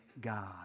God